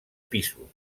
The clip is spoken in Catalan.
pisos